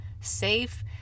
safe